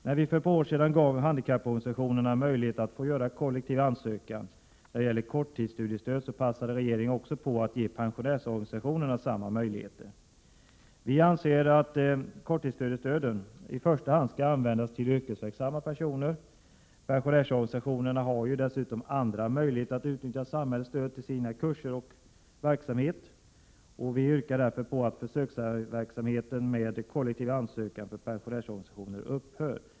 När vi för ett par år sedan gav handikapporganisationerna möjlighet att göra kollektiv ansökan när det gäller korttidsstudiestöd passade regeringen på att också ge pensionärsorganisationerna samma möjlighet. Vi anser att korttidsstudiestödet i första hand skall användas till yrkesverksamma personer. Pensionärsorganisationerna har dessutom andra möjligheter att utnyttja samhällets stöd till sin verksamhet. Vi yrkar därför att försöksverksamheten med kollektiv ansökan för pensionärsorganisationer skall upphöra.